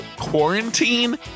quarantine